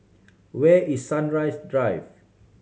where is Sunrise Drive